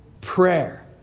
prayer